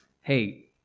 hey